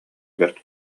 бэрт